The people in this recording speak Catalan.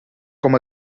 com